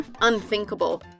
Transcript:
unthinkable